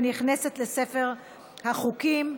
ונכנסת לספר החוקים.